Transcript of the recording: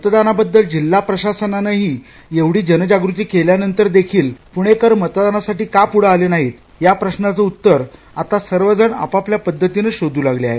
मतदानाबद्दल जिल्हा प्रशासनानही एवढी जनजागृती केल्यानंतर देखील पुणेकर मतदानासाठी का पुढे आले नाहीत या प्रश्वाचं उत्तर आता सर्वजण आपापल्या पद्धातीनं शोधू लागले आहेत